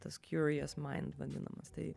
tas kiurijos maind vadinamas tai